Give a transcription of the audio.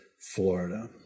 Florida